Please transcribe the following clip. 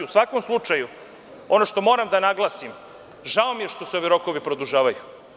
U svakom slučaju, ono što moram da naglasim, žao mi je što se ovi rokovi produžavaju.